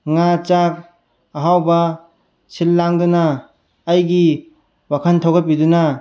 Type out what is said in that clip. ꯉꯥ ꯆꯥꯛ ꯑꯍꯥꯎꯕ ꯁꯤꯜ ꯂꯥꯡꯗꯨꯅ ꯑꯩꯒꯤ ꯋꯥꯈꯜ ꯊꯧꯒꯠꯄꯤꯗꯨꯅ